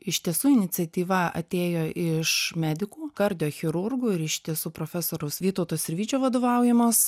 iš tiesų iniciatyva atėjo iš medikų kardiochirurgų ir iš tiesų profesoriaus vytauto sirvydžio vadovaujamos